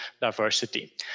diversity